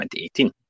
2018